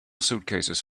suitcases